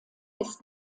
ist